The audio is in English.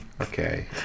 Okay